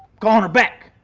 calling her back.